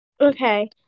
Okay